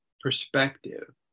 perspective